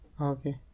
Okay